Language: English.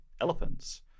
elephants